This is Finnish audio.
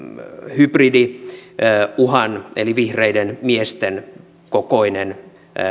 hybridiuhan eli vihreiden miesten kokoinen